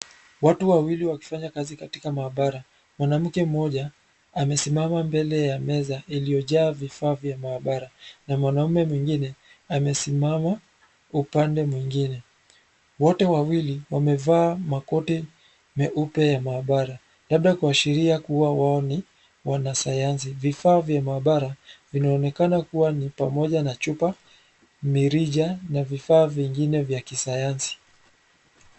Watu wawili wakifanya kazi katika maabara. Mwanamke mmoja amesimama mbele ya meza iliyojaa vifaa vya maabara na mwanaume mwingine amesimama upande mwingine. Wote wawili wamevaa makoti meupe ya maabara labda kuwashiria kuwa wao ni wanasayansi. Vifaa vya maabara vinaonekana kuwa ni pamoja na chupa, mirija na vifaa vingine vya kisayansi.